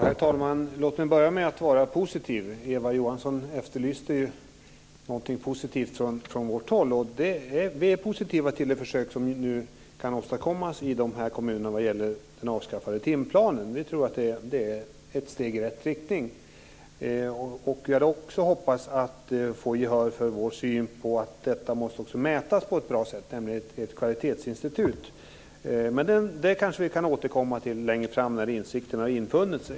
Herr talman! Låt mig börja med att vara positiv. Eva Johansson efterlyste ju någonting positivt från vårt håll, och vi är positiva till det försök som nu kan åstadkommas i de här kommunerna vad gäller den avskaffade timplanen. Vi tror att det är ett steg i rätt riktning. Vi hade också hoppats att få gehör för vår syn på att detta också måste mätas på ett bra sätt, nämligen ett kvalitetsinstitut, men det kanske vi kan återkomma till längre fram när insikterna har infunnit sig.